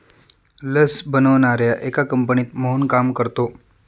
लस बनवणाऱ्या एका कंपनीत मोहन काम करतो